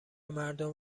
مردم